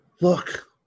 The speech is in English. Look